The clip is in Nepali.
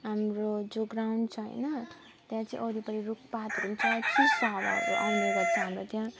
हाम्रो जो ग्राउन्ड छ होइन त्यहाँ चाहिँ वरिपरि रुखपातहरू पनि छ चिसो हावाहरू आउने गर्छ हाम्रो त्यहाँ